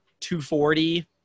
240